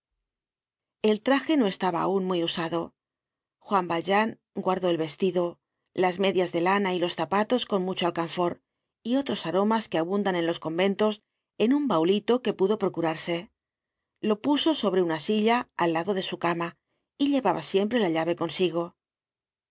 el traje no estaba aun muy usado juan valjean guardó el vestido las medias de lana y los zapatos con mucho alcanfor y otros aromas que abundan en los conventos en un baulito que pudo procurarse lo puso sobre una silla al lado de su cama y llevaba siempre la llave consigo